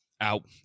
out